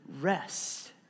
Rest